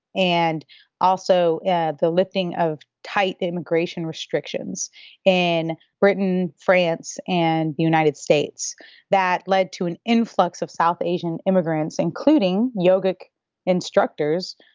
and also yeah the lifting of tight immigration restrictions in britain, france, and united states that led to an influx of south asian immigrants, including yogic instructors,